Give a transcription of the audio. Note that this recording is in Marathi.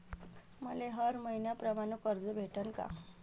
मले हर मईन्याप्रमाणं कर्ज भेटन का?